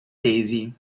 tesi